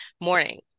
morning